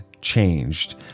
changed